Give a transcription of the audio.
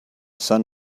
sun